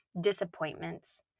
disappointments